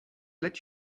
let